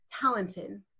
talented